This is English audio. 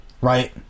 right